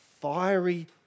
fiery